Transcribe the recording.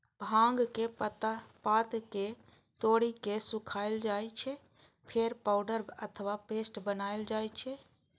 भांगक पात कें तोड़ि के सुखाएल जाइ छै, फेर पाउडर अथवा पेस्ट बनाएल जाइ छै